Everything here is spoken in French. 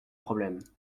problème